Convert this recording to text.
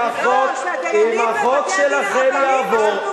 מה אתם תעשו אם החוק שלכם יעבור?